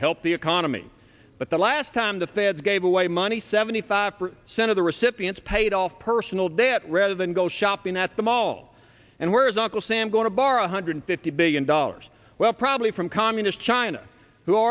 help the economy but the last time the feds gave away money seventy five per cent of the recipients paid off personal debt rather than go shopping at the mall and where is uncle sam going to borrow one hundred fifty billion dollars well probably from communist china who alre